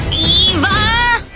eva!